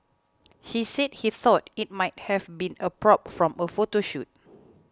he said he thought it might have been a prop from a photo shoot